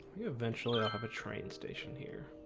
eventually, i'll have a train station here.